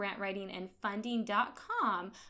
grantwritingandfunding.com